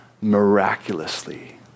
miraculously